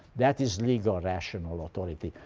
that is legal rational authority.